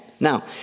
Now